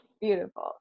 Beautiful